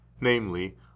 namely